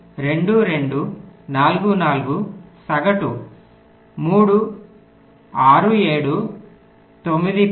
2 2 4 4 సగటు 3 6 7 9 10